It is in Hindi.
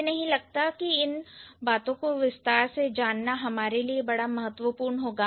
मुझे नहीं लगता कि इन बातों को विस्तार से जानना हमारे लिए बहुत महत्वपूर्ण है